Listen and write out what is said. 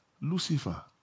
Lucifer